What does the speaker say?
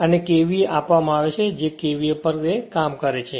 અને KVA આપવામાં આવ્યા છે કે જે KVA પર તે કામ કરે છે